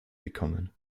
bekommen